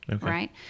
Right